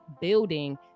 building